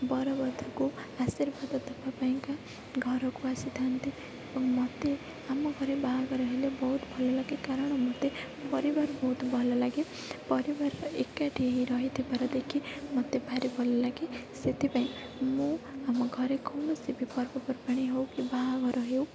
ବରବଧୂକୁ ଆଶିର୍ବାଦ ଦେବା ପାଇଁ କା ଘରକୁ ଆସିଥାଆନ୍ତି ଏବଂ ମୋତେ ଆମ ଘରେ ବାହାଘର ହେଲେ ବହୁତ ଭଲ ଲାଗେ କାରଣ ମୋତେ ପରିବାର ବହୁତ ଭଲ ଲାଗେ ପରିବାର ଏକାଠି ହୋଇ ରହିଥିବାର ଦେଖି ମୋତେ ଭାରି ଭଲ ଲାଗେ ସେଥିପାଇଁ ମୁଁ ଆମ ଘରେ କୈାଣସି ପର୍ବପର୍ବାଣୀ ହେଉ କି ବାହାଘର ହେଉ